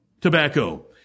tobacco